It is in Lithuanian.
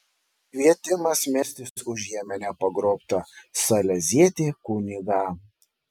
kvietimas melstis už jemene pagrobtą salezietį kunigą